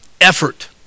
effort